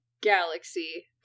Galaxy